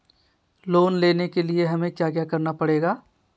Loan लेने के लिए हमें क्या क्या करना पड़ेगा?